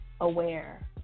aware